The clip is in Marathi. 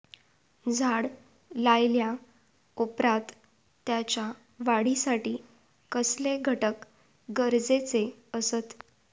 झाड लायल्या ओप्रात त्याच्या वाढीसाठी कसले घटक गरजेचे असत?